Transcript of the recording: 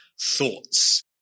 thoughts